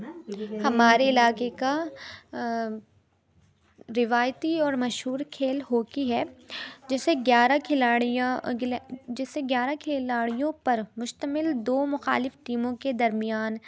ہمارے علاقے کا روایتی اور مشہور کھیل ہاکی ہے جسے گیارہ کھلاڑیاں جسے گیارہ کھلاڑیوں پر مشتمل دو مخالف ٹیموں کے درمیان